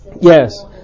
Yes